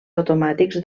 automàtics